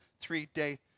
three-day